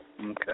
Okay